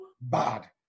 bad